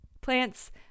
plants